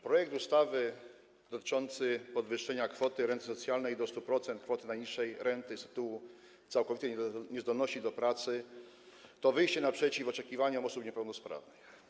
Projekt ustawy dotyczący podwyższenia kwoty renty socjalnej do 100% kwoty najniższej renty z tytułu całkowitej niezdolności do pracy to wyjście naprzeciw oczekiwaniom osób niepełnosprawnych.